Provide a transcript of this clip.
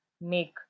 make